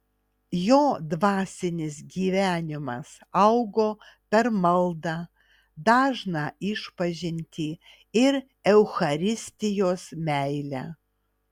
jo dvasinis gyvenimas augo per maldą dažną išpažintį ir eucharistijos meilę